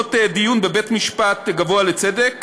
בעקבות דיון בבית המשפט הגבוה לצדק